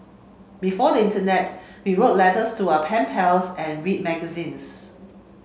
before the internet we wrote letters to our pen pals and read magazines